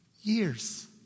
years